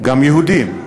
גם יהודים.